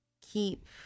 keep